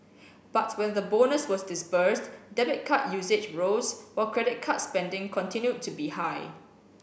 but when the bonus was disbursed debit card usage rose while credit card spending continued to be high